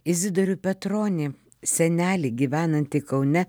izidorių petronį senelį gyvenantį kaune